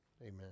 amen